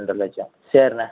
ரெண்டறை லட்சம் சேரிண்ணே